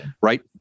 right